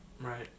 Right